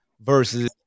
versus